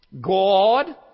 God